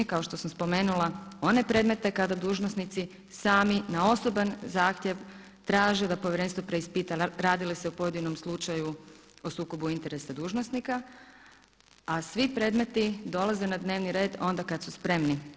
Kao što sam i spomenula one predmete kada dužnosnici sami na osobni zahtjev traže da povjerenstvo preispita radi li se u pojedinom slučaju o sukobu interesa dužnosnika, a svi predmeti dolaze na dnevni red onda kada su spremni.